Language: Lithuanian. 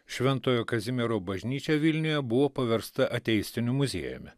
šventojo kazimiero bažnyčia vilniuje buvo paversta ateistiniu muziejumi